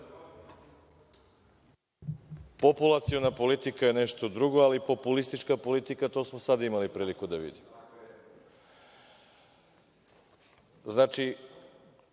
Populaciona politika je nešto drugo, ali populistička politika, to smo sad imali priliku da vidimo. Znači,